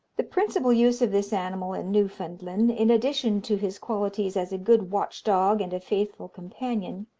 the principal use of this animal in newfoundland, in addition to his qualities as a good watch-dog and a faithful companion,